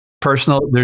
Personal